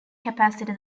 capacity